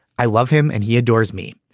i love him and he adores me.